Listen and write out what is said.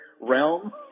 realm